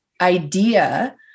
idea